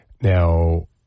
Now